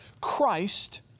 Christ